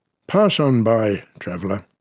pass on by, traveller.